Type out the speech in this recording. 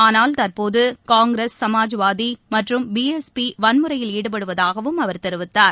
ஆனால் தற்போதுகாங்கிரஸ் சமாஜ்வாதிமற்றும் பிஎஸ்பிவன்முறையில் ஈடுபடுவதாகவும் அவர் தெரிவித்தார்